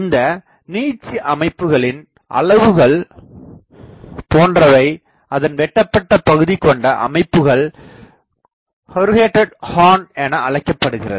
இந்த நீட்சி அமைப்புகளின் அளவுகள் போன்றவை அதன் வெட்டப்பட்ட பகுதி கொண்ட அமைப்புகள் கொருகேட்டட் ஹார்ண் என அழைக்கப்படுகிறது